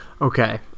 Okay